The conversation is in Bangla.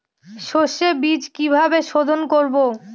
সর্ষে বিজ কিভাবে সোধোন করব?